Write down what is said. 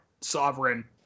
sovereign